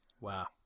Wow